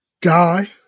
guy